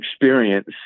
experience